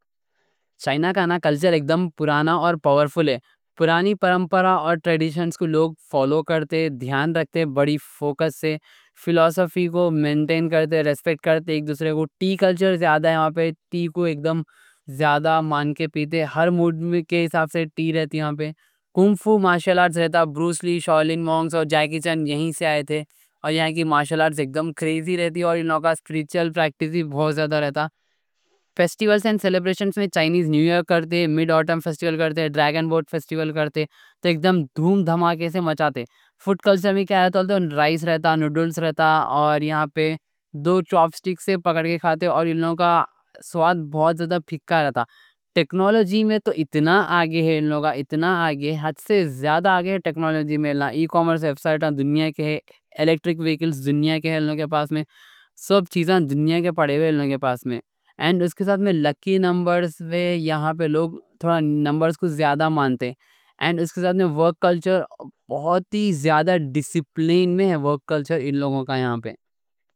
چائنا کا کلچر ایکدم پرانا اور پاورفُل ہے۔ پرانی پرمپرا اور ٹریڈیشنز کو لوگ فالو کرتے، دھیان رکھتے، بڑی فوکس سے فلاسفی کو مینٹین کرتے، ریسپیکٹ کرتے ایک دوسرے کو۔ ٹی کلچر زیادہ ہے یہاں پہ؛ ٹی کو ایکدم زیادہ مان کے پیتے، ہر موڈ کے حساب سے ٹی رہتی۔ کنگ فو مارشل آرٹس رہتا؛ بروس لی، شاؤلن مونکس اور جیکی چن یہیں سے آئے تھے۔ یہاں کی مارشل آرٹس ایکدم کریزی رہتی، اور انہاں کا اسپِرچول پریکٹس بہت زیادہ رہتا۔ فیسٹیولز اور سیلیبریشنز میں چائنیز نیو ایئر کرتے، مِڈ آٹم فیسٹیول کرتے، ڈرائگن بوٹ فیسٹیول کرتے، تو ایکدم دھوم دھماکے سے مچاتے۔ فوڈ کلچر میں چاول رہتا، نوڈلز رہتا، اور یہاں پہ دو چَاپ اسٹک سے پکڑ کے کھاتے، اور انہاں کا سواد بہت زیادہ پھیکا رہتا۔ ٹیکنالوجی میں تو اتنا آگے، انہاں کا اتنا آگے، حد سے زیادہ آگے۔ ٹیکنالوجی میں ای-کامرس ویب سائٹ، الیکٹرک وہیکل، انہاں کے پاس سب چیزاں دنیا کے پڑے ہیں، انہاں کے پاس میں۔ اور اس کے ساتھ میں لکی نمبرز، یہاں پہ لوگ نمبرز کو زیادہ مانتے، اور ورک کلچر بہت زیادہ ڈسپلن میں ہے، ورک کلچر ان لوگوں کا یہاں پہ۔